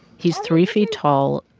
he's three feet tall,